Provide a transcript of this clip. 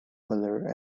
color